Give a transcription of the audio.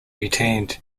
retained